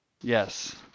Yes